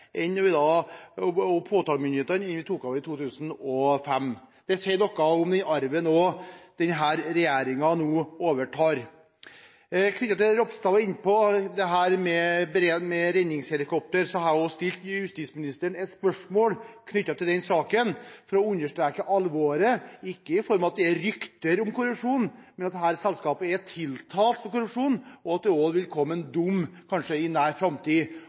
da vi overtok i 2005. Det sier noe om den arven denne regjeringen har fått. I forbindelse med at Ropstad var inne på dette med redningshelikoptre: Jeg har stilt justisministeren et spørsmål om saken for å understreke alvoret, ikke fordi det er rykter om korrupsjon, men fordi dette selskapet er tiltalt for korrupsjon, fordi det i nær framtid kanskje vil komme en dom,